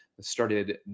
started